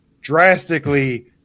drastically